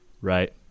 right